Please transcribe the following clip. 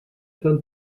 femme